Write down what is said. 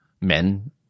men